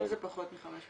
אם זה פחות מ-500?